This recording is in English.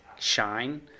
Shine